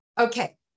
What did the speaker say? Okay